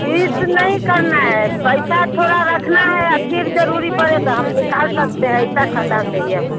fees नहीं करना है पैसा तोड़ा रखना है या फिर ज़रूरी पड़े तो हम निकाल सकते हैं ऐसा खाता चाहिए हमको